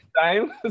time